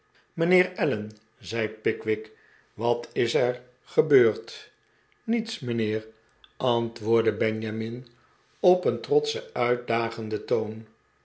mijnheer allen zei pickwick wat is er gebeurd niets mijnheer antwoordde benjamin op een trotschen uitdagenden toon